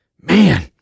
Man